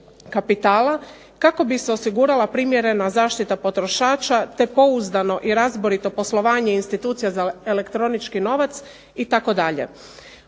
kapitala kako bi se osigurala primjerena zaštita potrošača te pouzdano i razborito poslovanje institucija za elektronički novac.